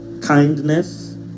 kindness